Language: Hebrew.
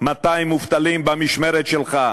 200 מובטלים במשמרת שלך,